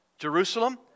Jerusalem